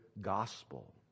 gospel